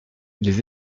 les